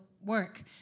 work